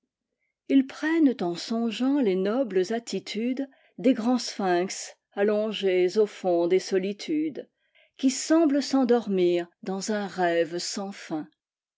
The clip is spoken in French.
ils prennent en songeant les nobles attitudesdes grands sphinx allongés au fond des solitudes qui semblent s'endormir dans un rêve sans fin